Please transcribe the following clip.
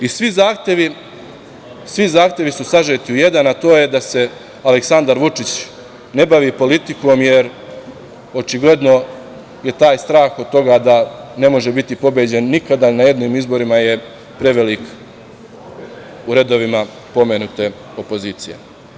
I svi zahtevi su sažeti u jedan, a to je da se Aleksandar Vučić ne bavi politikom, jer očigledno je taj strah od toga da ne može biti pobeđen nikada ni na jednim izborima prevelik u redovima pomenute opozicije.